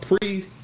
pre